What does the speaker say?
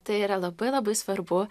tai yra labai labai svarbu